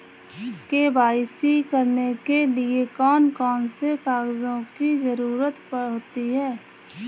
KYC करने के लिए कौन कौन से कागजों की जरूरत होती है?